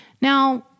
Now